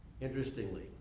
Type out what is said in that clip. Interestingly